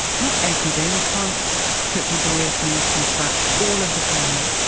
not every day, we can't cook laborious meals from scratch all of the time.